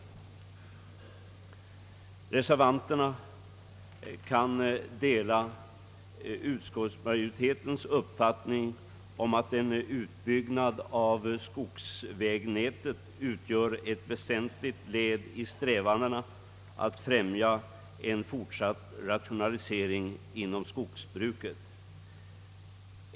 Reservanterna kan dela utskottsmajoritetens uppfattning att en utbyggnad av skogsvägnätet utgör ett väsentligt led i strävandena att främja en fortsatt rationalisering inom skogsbruket.